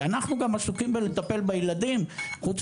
כי אנחנו גם עסוקים בלטפל בילדים חוץ